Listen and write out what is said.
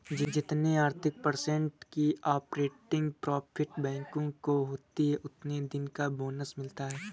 जितने अधिक पर्सेन्ट की ऑपरेटिंग प्रॉफिट बैंकों को होती हैं उतने दिन का बोनस मिलता हैं